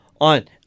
on